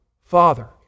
Father